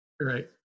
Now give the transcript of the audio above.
right